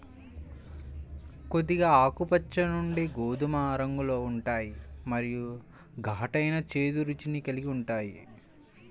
కొద్దిగా ఆకుపచ్చ నుండి గోధుమ రంగులో ఉంటాయి మరియు ఘాటైన, చేదు రుచిని కలిగి ఉంటాయి